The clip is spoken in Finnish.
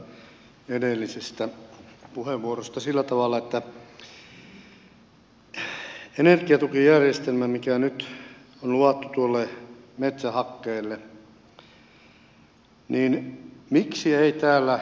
minä jatkan tuosta edellisestä puheenvuorosta liittyen energiatukijärjestelmään mikä nyt on luotu tuolle metsähakkeelle